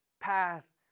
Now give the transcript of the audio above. path